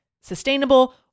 sustainable